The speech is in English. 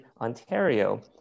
Ontario